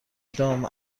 دام